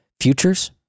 futures